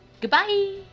Goodbye